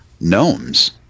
gnomes